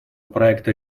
проекта